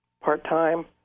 part-time